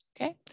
Okay